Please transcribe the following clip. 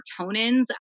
serotonins